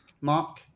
Mark